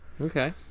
Okay